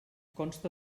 consta